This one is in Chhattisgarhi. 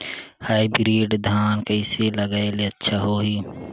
हाईब्रिड धान कइसे लगाय ले अच्छा होही?